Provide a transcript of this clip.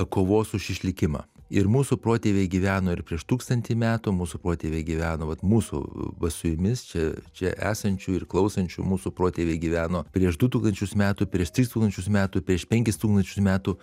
kovos už išlikimą ir mūsų protėviai gyveno ir prieš tūkstantį metų mūsų protėviai gyveno vat mūsų su jumis čia čia esančių ir klausančių mūsų protėviai gyveno prieš du tūkstančius metų prieš tris tūkstančius metų prieš penkis tūkstančius metų